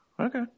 Okay